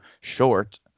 short